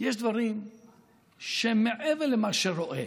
יש דברים שמעבר למה שרואים.